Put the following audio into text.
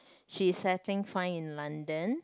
she's settling fine in London